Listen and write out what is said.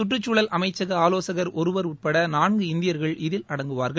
சுற்றுச்சூழல் அமைச்சக ஆலோசகர் ஒருவர் உட்பட நான்கு இந்தியர்கள் இதில் அடங்குவார்கள்